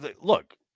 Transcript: look